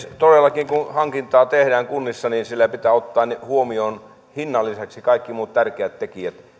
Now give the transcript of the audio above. todellakin kun hankintaa tehdään kunnissa siellä pitää ottaa huomioon hinnan lisäksi kaikki muut tärkeät tekijät